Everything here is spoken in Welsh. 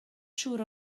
siŵr